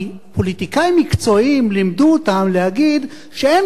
כי פוליטיקאים מנוסים לימדו אותם להגיד שהם